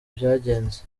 byagenze